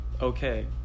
okay